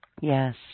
Yes